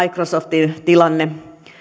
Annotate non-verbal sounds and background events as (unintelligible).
(unintelligible) microsoftin tilanne